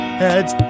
heads